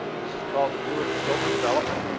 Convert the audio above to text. this is called the blue and silver development.